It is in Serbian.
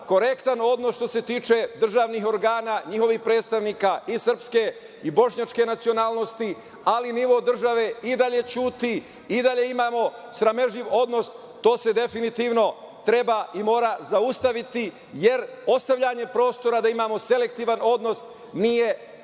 korektan odnos što se tiče državnih organa, njihovih predstavnika i srpske i bošnjačke nacionalnosti, ali nivo države i dalje ćuti i dalje imamo sramežljiv odnos. To se definitivno treba i mora zaustaviti, jer ostavljanje prostora da imamo selektivan odnos nije